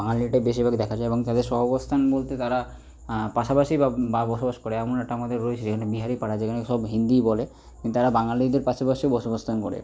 বাঙালিটা বেশিভাগ দেখা যায় এবং তাদের সহাবস্থান বলতে তারা পাশাপাশি বা বসবাস করে এমন একটা আমাদের রয়েছে যেখানে বিহারি পাড়া যেখানে সব হিন্দি বলে তারা বাঙালিদের পাশাপাশি বসবস্তান করে